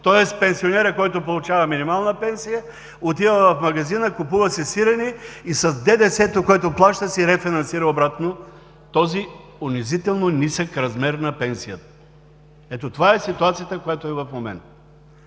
Пенсионерът, който получава минималната пенсия, отива в магазина, купува си сирене и с ДДС-то, което плаща, си рефинансира обратно този унизително нисък размер на пенсията. Ето това е ситуацията в момента.